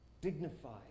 dignified